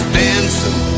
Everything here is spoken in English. dancing